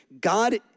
God